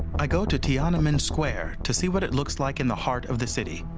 i go to tiananmen square to see what it looks like in the heart of the city.